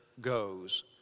goes